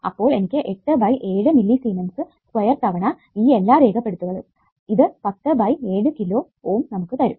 അപ്പോൾ എനിക്ക് 8 by 7 millisiemens square തവണ ഈ എല്ലാ രേഖപ്പെടുത്തലുകളും ഇത് 10 ബൈ 7 കിലോ ഓം നമുക്ക് തരും